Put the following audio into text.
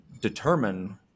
determine